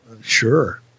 Sure